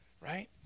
Right